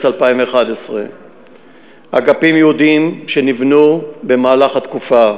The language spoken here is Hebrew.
2011. אגפים ייעודיים שנבנו במהלך התקופה,